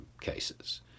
cases